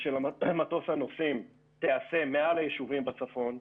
של מטוס הנוסעים תיעשה מעל היישובים בצפון,